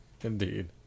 Indeed